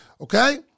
okay